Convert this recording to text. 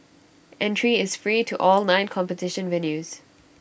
entry is free to all nine competition venues